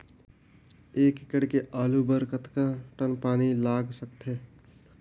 एक एकड़ के आलू बर कतका टन पानी लाग सकथे?